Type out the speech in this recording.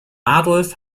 adolf